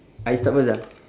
I start first ah